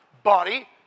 body